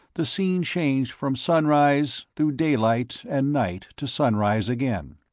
the scene changed from sunrise through daylight and night to sunrise again.